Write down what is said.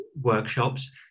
workshops